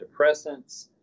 antidepressants